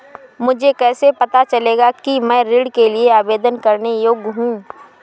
मुझे कैसे पता चलेगा कि मैं ऋण के लिए आवेदन करने के योग्य हूँ?